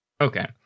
Okay